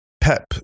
Pep